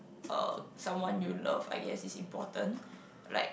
uh someone you love I guess is important like